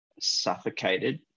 suffocated